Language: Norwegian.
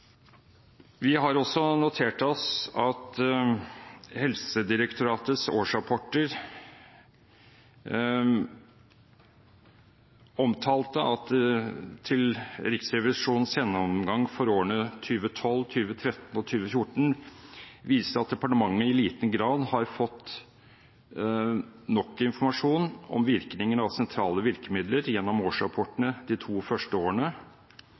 Vi har også notert oss, når det gjelder Helsedirektoratets årsrapporter, at Riksrevisjonens gjennomgang for årene 2012, 2013 og 2014 viste at departementet i liten grad har fått nok informasjon om virkningen av sentrale virkemidler gjennom årsrapportene de to første årene.